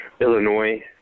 Illinois